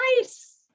Nice